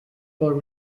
for